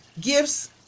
gifts